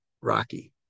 Rocky